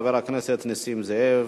חבר הכנסת נסים זאב,